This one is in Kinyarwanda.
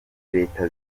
leta